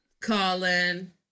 Colin